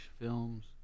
films